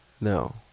no